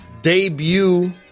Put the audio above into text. debut